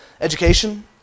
Education